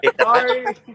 Sorry